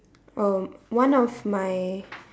oh one of my